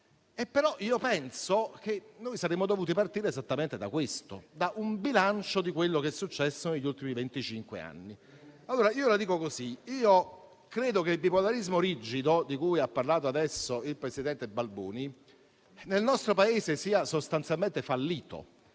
Penso che noi saremmo dovuti partire esattamente da questo, da un bilancio di quello che è successo negli ultimi venticinque anni. Credo che il bipolarismo rigido - di cui ha parlato adesso il presidente Balboni - nel nostro Paese sia sostanzialmente fallito.